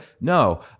No